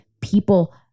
people